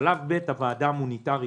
בשלב ב' הוועדה המוניטרית